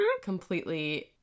completely